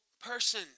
person